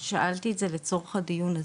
שאלתי את זה לצורך הדיון הזה,